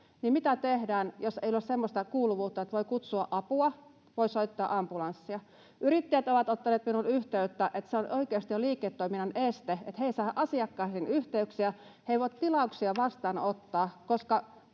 niin mitä tehdään — jos ei ole semmoista kuuluvuutta, että voi kutsua apua, että voi soittaa ambulanssin. Yrittäjät ovat ottaneet minuun yhteyttä, että se on oikeasti jo liiketoiminnan este, että he eivät saa asiakkaisiin yhteyksiä, he eivät voi tilauksia vastaanottaa,